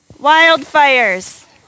Wildfires